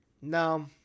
No